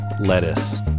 lettuce